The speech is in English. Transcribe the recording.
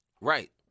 Right